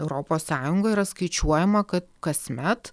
europos sąjungoj yra skaičiuojama kad kasmet